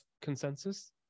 consensus